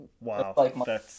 Wow